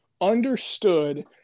understood